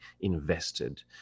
invested